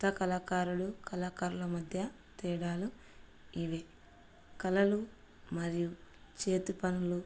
కొత్త కళాకారులు కళాకారుల మధ్య తేడాలు ఇవి కళలు మరియు చేతి పనులు